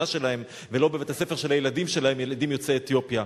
שלהם ולא בבית-הספר של הילדים שלהם ילדים יוצאי אתיופיה.